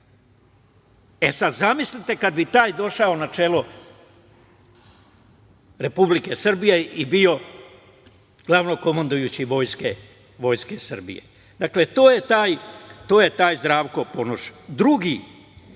E, sad, zamislite kad bi taj došao na čelo Republike Srbije i bio glavnokomandujući vojske Srbije?! Dakle, to je taj Zdravko Ponoš,